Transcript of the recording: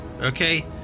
okay